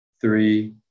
three